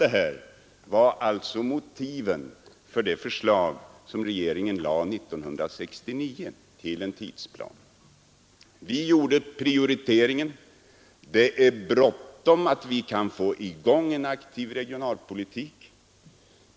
Detta var alltså motiven för ett förslag till tidsplan som regeringen lade fram 1969. Vi gjorde en prioritering och sade att det är bråttom med att få i gång en aktiv regionalpolitik.